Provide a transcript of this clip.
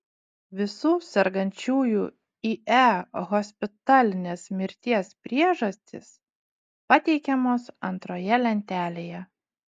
visų sergančiųjų ie hospitalinės mirties priežastys pateikiamos antroje lentelėje